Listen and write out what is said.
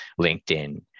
LinkedIn